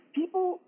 people